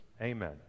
Amen